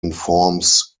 informs